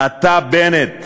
אתה, בנט,